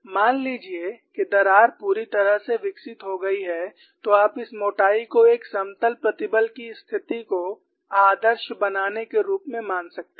मान लीजिए कि दरार पूरी तरह से विकसित हो गई है तो आप इस मोटाई को एक समतल प्रतिबल की स्थिति को आदर्श बनाने के रूप में मान सकते हैं